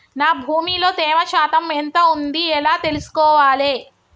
నా భూమి లో తేమ శాతం ఎంత ఉంది ఎలా తెలుసుకోవాలే?